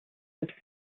have